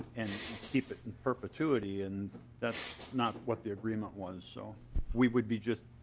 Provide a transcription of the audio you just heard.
and keep it in perpetuity and that's not what the agreement was so we would be just